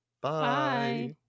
bye